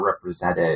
represented